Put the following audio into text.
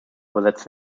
übersetzt